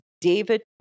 David